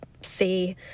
see